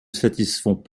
satisfont